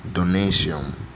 Donation